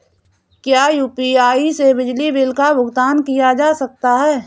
क्या यू.पी.आई से बिजली बिल का भुगतान किया जा सकता है?